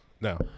no